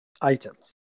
items